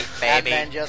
baby